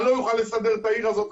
אני לא אוכל לסדר את העיר הזאת.